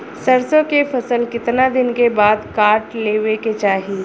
सरसो के फसल कितना दिन के बाद काट लेवे के चाही?